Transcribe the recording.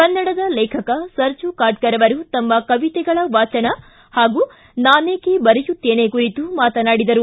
ಕನ್ನಡದ ಲೇಖಕ ಸರಜೂ ಕಾಟ್ಕರ್ ಅವರು ತಮ್ಮ ಕವಿತೆಗಳ ವಾಚನ ಹಾಗೂ ನಾನೇಕೆ ಬರೆಯುತ್ತೇನೆ ಕುರಿತು ಮಾತನಾಡಿದರು